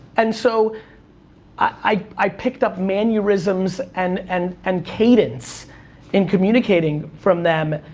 and so i picked up mannerisms and and and cadence in communicating from them,